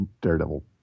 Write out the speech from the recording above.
Daredevil